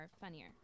funnier